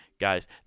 Guys